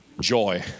joy